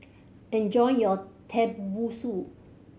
enjoy your Tenmusu